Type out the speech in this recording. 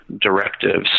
directives